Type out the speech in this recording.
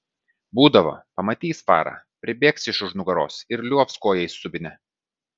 būdavo pamatys farą pribėgs iš už nugaros ir liuobs koja į subinę